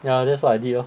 ya that's what I did lor